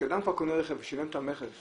כשאדם כבר קונה את הרכב ושילם את המס,